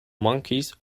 monkeys